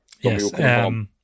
Yes